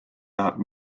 tahab